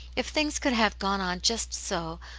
if things could have gone on just so,